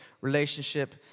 relationship